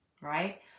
right